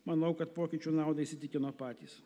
manau kad pokyčių nauda įsitikino patys